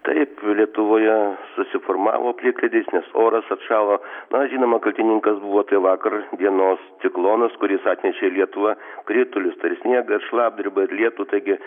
taip lietuvoje susiformavo plikledis nes oras atšalo na žinoma kaltininkas buvo tai vakar dienos ciklonas kuris atnešė į lietuvą kritulius tai ir sniegą ir šlapdribą ir lietų taigi